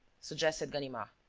suggested ganimard.